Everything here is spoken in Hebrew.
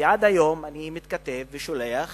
ועד היום אני מתכתב ושולח